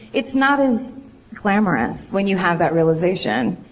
it's not as glamorous when you have that realization.